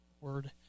Word